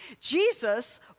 Jesus